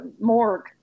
morgue